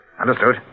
Understood